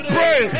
Pray